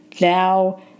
Now